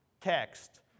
text